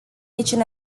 niciun